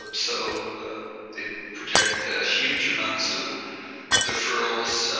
ah so they project huge amounts of deferrals.